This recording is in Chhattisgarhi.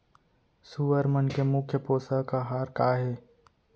सुअर मन के मुख्य पोसक आहार का हे?